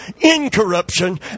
incorruption